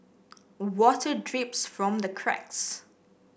water drips from the cracks